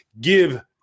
give